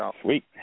Sweet